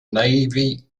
navy